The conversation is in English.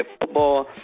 football